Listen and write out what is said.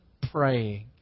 praying